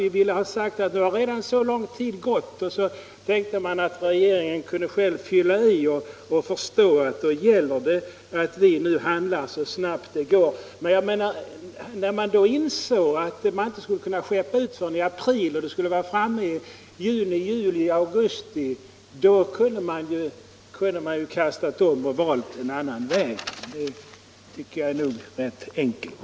Vi ville ha sagt att nu har redan lång tid gått, och sedan räknade vi med att regeringen själv skulle förstå att det gällde att handla så snabbt som möjligt i fortsättningen. När regeringen insåg att man inte skulle kunna skeppa ut förrän i april och att sändningen skulle vara framme först i juni, juli eller augusti, kunde man ju ha kastat om och valt en annan väg. Det anser jag hade varit normalt.